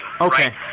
Okay